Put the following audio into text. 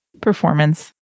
Performance